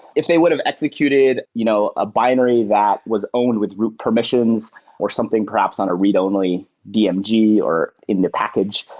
if they would've executed you know a binary that was owned with root permissions or something perhaps on a read-only dmg or in the package,